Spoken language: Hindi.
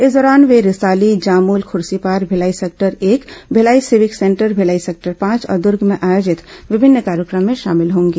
इस दौरान वे रिसाली जामुल खूर्सीपार भिलाई सेक्टर एक Bhilai civic centre Bhilai sector पांच और दर्ग में आयोजित विभिन्न कार्यक्रमों में शामिल होंगे